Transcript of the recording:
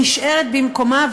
נשארת במקומה,